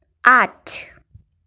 आठ